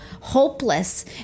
hopeless